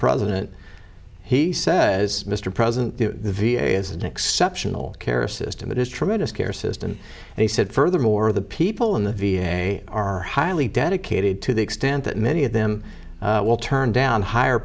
president he says mr president the v a is an exceptional care system it is tremendous care system and he said furthermore the people in the v a are highly dedicated to the extent that many of them will turn down higher